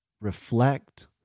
reflect